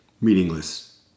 meaningless